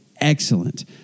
excellent